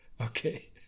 Okay